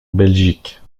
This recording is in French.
belgique